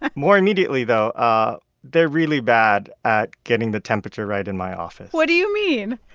more immediately, though, ah they're really bad at getting the temperature right in my office what do you mean?